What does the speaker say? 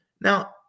Now